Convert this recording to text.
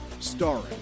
starring